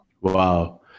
Wow